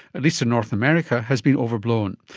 at least in north america, has been overblown.